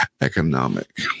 economic